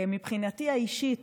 מבחינתי האישית,